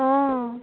অঁ